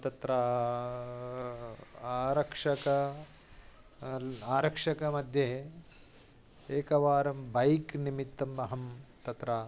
तत्र आरक्षकः आल् आरक्षकमध्ये एकवारं बैक् निमित्तम् अहं तत्र